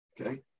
Okay